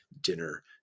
dinner